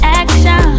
action